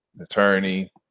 attorney